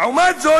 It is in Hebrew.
לעומת זאת,